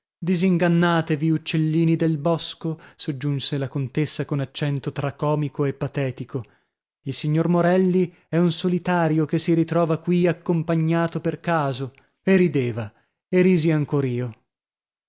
così disingannatevi uccellini del bosco soggiunse la contessa con accento tra comico e patetico il signor morelli è un solitario che si ritrova qui accompagnato per caso e rideva e risi ancor io